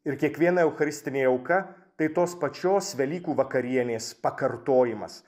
ir kiekviena eucharistinė auka tai tos pačios velykų vakarienės pakartojimas